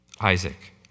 Isaac